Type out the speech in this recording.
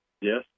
Yes